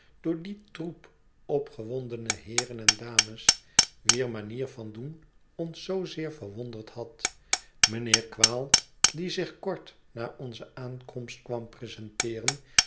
door dien troep opgewondene heeren en dames wier manier van doen ons zoozeer verwonderd had mijnheer quale die zich kort na onze aankomst kwam presenteeren